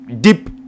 deep